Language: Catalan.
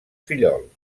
fillols